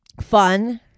fun